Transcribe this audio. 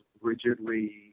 rigidly